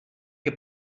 que